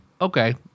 okay